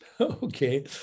okay